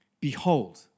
Behold